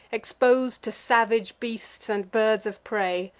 exposed to savage beasts, and birds of prey,